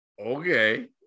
Okay